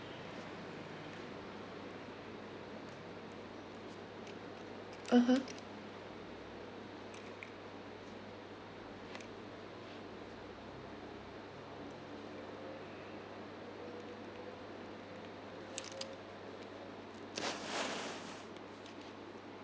(uh huh)